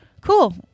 Cool